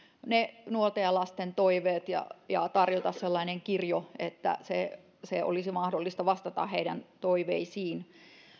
ne nuorten ja lasten toiveet ja ja tarjoamaan sellainen kirjo että olisi mahdollista vastata heidän toiveisiinsa